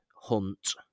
Hunt